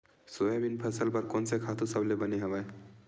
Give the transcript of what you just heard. Soybean फसल बर कोन से खातु सबले बने हवय?